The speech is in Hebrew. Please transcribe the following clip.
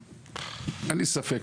אין לי ספק,